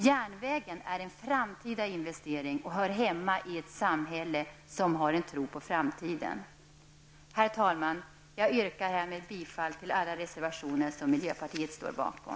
Järnvägen är en framtidsinvestering och hör hemma i ett samhälle som har en tro på framtiden. Herr talman! Jag yrkar härmed bifall till alla de reservationer som miljöpartiet står bakom.